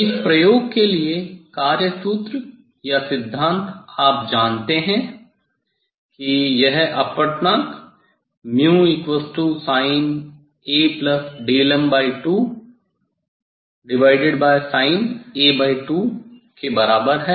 इस प्रयोग के लिए कार्य सूत्र या सिद्धांत आप जानते हैं कि यह अपवर्तनांक sin Am2 sin के बराबर है